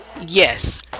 Yes